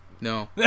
no